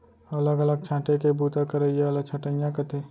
अलग अलग छांटे के बूता करइया ल छंटइया कथें